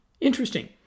interesting